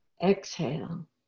exhale